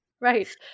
Right